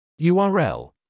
url